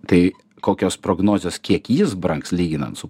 tai kokios prognozės kiek jis brangs lyginant su